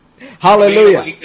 Hallelujah